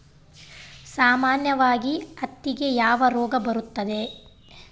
ಸಾಮಾನ್ಯವಾಗಿ ಹತ್ತಿಗೆ ಯಾವ ರೋಗ ಬರುತ್ತದೆ?